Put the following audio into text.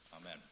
Amen